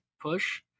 push